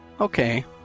Okay